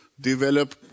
develop